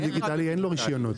ברדיו דיגיטלי אין רישיונות.